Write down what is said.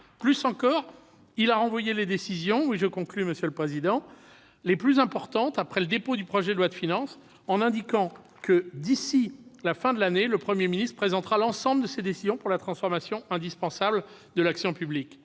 président, il a renvoyé les décisions les plus importantes après le dépôt du projet de loi de finances, en indiquant que « d'ici à la fin de l'année, le Premier ministre présentera l'ensemble de ses décisions pour la transformation indispensable de l'action publique.